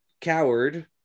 coward